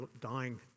dying